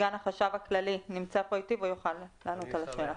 סגן החשב הכללי נמצא פה אתי והוא יוכל לענות לשאלה.